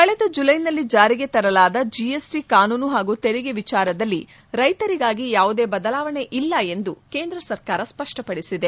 ಕಳೆದ ಜುಲೈನಲ್ಲಿ ಜಾರಿಗೆ ತರಲಾದ ಜಿಎಸ್ಟಿ ಕಾನೂನು ಹಾಗೂ ತೆರಿಗೆ ವಿಚಾರದಲ್ಲಿ ರೈತರಿಗಾಗಿ ಯಾವುದೇ ಬದಲಾವಣೆ ಇಲ್ಲ ಎಂದು ಕೇಂದ್ರ ಸರ್ಕಾರ ಸ್ವಷ್ಟಪಡಿಸಿದೆ